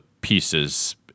pieces